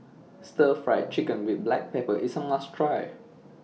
Stir Fried Chicken with Black Pepper IS A must Try